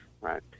right